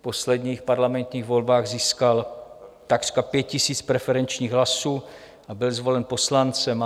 V posledních parlamentních volbách získal takřka pět tisíc preferenčních hlasů a byl zvolen poslancem.